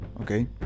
okay